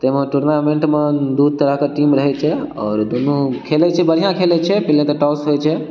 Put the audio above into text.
ताहिमे टूर्नामेंटमे दू तरहके टीम रहै छै आओर दुनू खेलै छै बढियाँ खेलै छै पहिले तऽ टॉस होइ छै